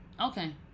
okay